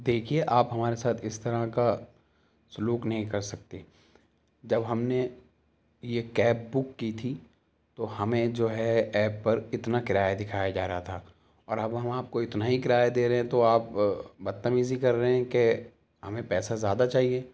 دیکھیے آپ ہمارے ساتھ اس طرح کا سلوک نہیں کر سکتے جب ہم نے یہ کیب بک کی تھی تو ہمیں جو ہے ایپ پر اتنا کرایہ دکھایا جا رہا تھا اور اب ہم آپ کو اتنا ہی کرایہ دے رہے ہیں تو آپ بدتمیزی کر رہے ہیں کہ ہمیں پیسہ زیادہ چاہیے